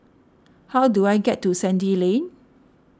how do I get to Sandy Lane